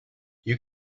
you